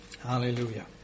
Hallelujah